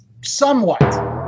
somewhat